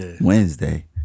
Wednesday